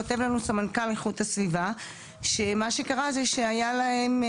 כותב לנו סמנכ"ל איכות הסביבה שמה שקרה זה שהיה להם,